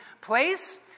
place